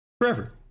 Forever